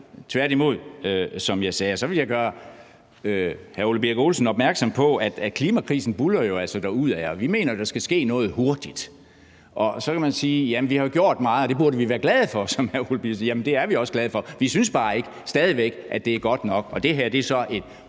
Tværimod vil jeg, som jeg sagde, gøre hr. Ole Birk Olesen opmærksom på, at klimakrisen jo altså buldrer derudad, og vi mener, at der skal ske noget hurtigt. Så kan man sige, at vi jo har gjort meget, og at det burde vi da være glade for, som hr. Ole Birk Olesen siger. Jamen det er vi også glade for. Vi synes bare stadig væk ikke, at det er godt nok. Og det her er så en